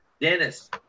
Dennis